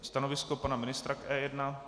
Stanovisko pana ministra k E1?